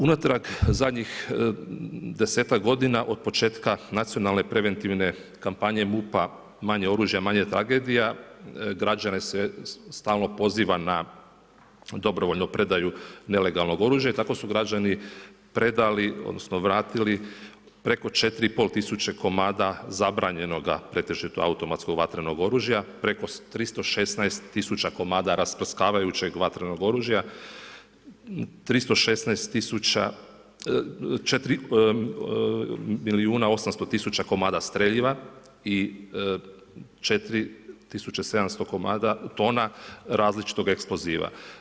Unatrag zadnjih 10-tak godina od početka nacionalne preventivne kampanje MUP-a „Manje oružja, manje tragedija“ građane se stalno poziva na dobrovoljnu predaju nelegalnog oružja, tako su građani predali odnosno vratili preko 4 i pol tisuće komada zabranjenoga pretežito automatskog vatrenog oružja, preko 316 tisuća komada rasprskavajućeg vatrenog oružja, 4 milijuna 800 tisuća komada streljiva i 4 tisuće 700 tona različitog eksploziva.